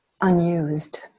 unused